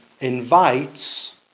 invites